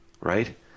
Right